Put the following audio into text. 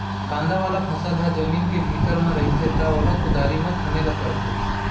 कांदा वाला फसल ह जमीन के भीतरी म रहिथे त ओला कुदारी म खने ल परथे